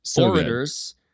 orators